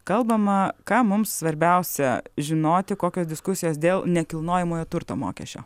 kalbama ką mums svarbiausia žinoti kokios diskusijos dėl nekilnojamojo turto mokesčio